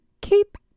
keep